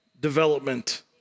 development